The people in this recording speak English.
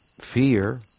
fear